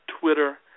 Twitter